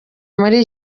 muri